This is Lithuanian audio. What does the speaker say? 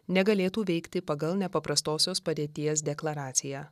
negalėtų veikti pagal nepaprastosios padėties deklaraciją